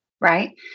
right